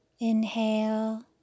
Inhale